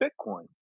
Bitcoin